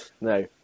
No